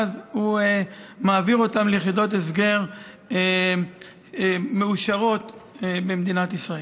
ואז הוא מעביר אותם ליחידות הסגר מאושרות במדינת ישראל.